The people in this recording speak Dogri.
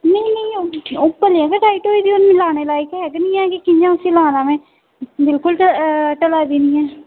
नेईं नेईं ओह् भलेआं गै टाइट होई दी हून ओह् लानै दे लायक है गै निं ऐ कि कि'यां उस्सी लाना में बिल्कुल ढला दी निं ऐ